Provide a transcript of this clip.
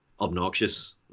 obnoxious